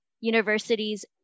universities